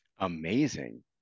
Amazing